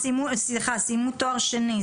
סיימו תואר שני.